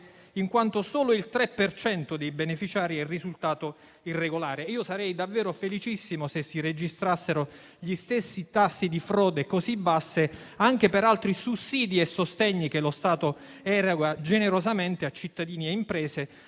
in quanto solo il 3 per cento dei beneficiari è risultato irregolare. Io sarei davvero felicissimo se si registrassero tassi di frode così bassi anche per altri sussidi e sostegni che lo Stato eroga generosamente a cittadini e imprese,